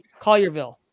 Collierville